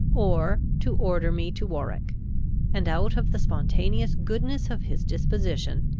or to order me to warwick and, out of the spontaneous goodness of his disposition,